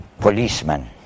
policeman